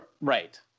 right